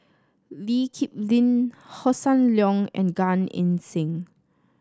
Lee Kip Lin Hossan Leong and Gan Eng Seng